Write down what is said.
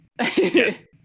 Yes